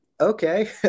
okay